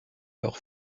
leur